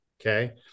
Okay